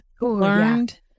learned